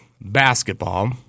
basketball –